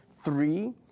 Three